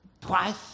twice